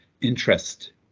interest